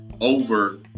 over